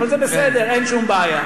אבל זה בסדר, אין שום בעיה.